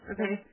Okay